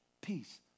peace